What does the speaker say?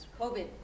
COVID